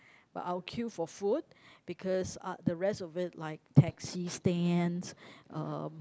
but I'll queue for food because uh the rest of it like taxi stands um